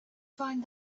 find